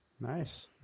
Nice